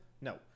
No